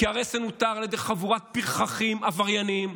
כי הרסן הותר על ידי חבורת פרחחים, עבריינים,